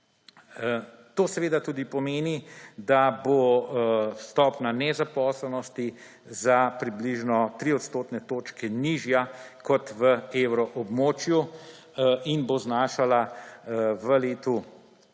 To seveda tudi pomeni, da bo stopnja nezaposlenosti za približno 3 odstotne točke nižja kot v evroobmočju in bo znašala v letu